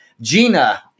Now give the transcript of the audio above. Gina